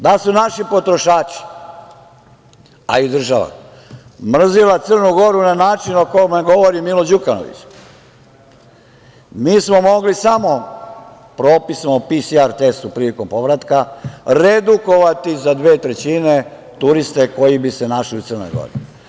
Da su naši potrošači, a i država, mrzeli Crnu Goru na način o kome govori Milo Đukanović, mi smo mogli samo propisom o PCR testu prilikom povratka redukovati za dve trećine turiste koji bi se našli u Crnoj Gori.